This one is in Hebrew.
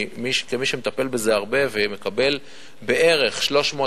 כמי שמטפל בזה הרבה ומקבל ללשכתי בערך